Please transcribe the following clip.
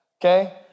okay